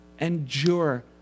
endure